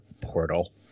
portal